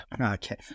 Okay